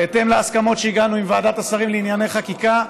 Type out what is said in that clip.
בהתאם להסכמות שהגענו עם ועדת השרים לענייני חקיקה,